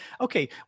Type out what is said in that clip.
okay